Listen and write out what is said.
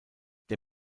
der